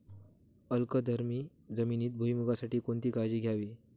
अल्कधर्मी जमिनीत भुईमूगासाठी कोणती काळजी घ्यावी?